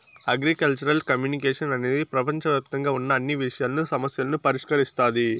agricultural communication అనేది ప్రపంచవ్యాప్తంగా ఉన్న అన్ని విషయాలను, సమస్యలను పరిష్కరిస్తాది